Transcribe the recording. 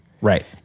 Right